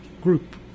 group